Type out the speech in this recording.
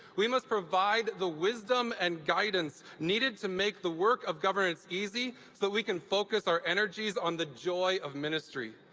we must provide the wisdom and guidance needed to make the work of governance easy, so that we can focus our energies on the joy of ministry.